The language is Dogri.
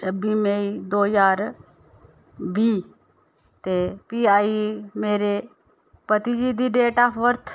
छब्बी मेई दो ज्हार बीह् ते फ्ही आई मेरे पति जी दी डेट आफ बर्थ